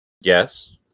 Yes